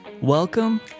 Welcome